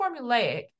formulaic